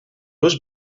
was